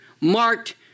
marked